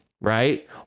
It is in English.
Right